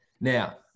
now